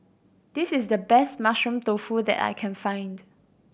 this is the best Mushroom Tofu that I can find